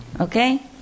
okay